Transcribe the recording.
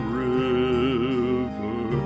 river